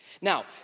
Now